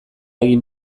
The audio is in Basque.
egin